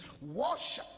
wash